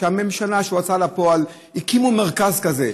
הממשלה וההוצאה לפועל הקימו מרכז כזה,